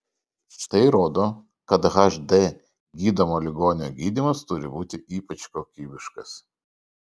tai rodo kad hd gydomo ligonio gydymas turi būti ypač kokybiškas